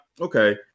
Okay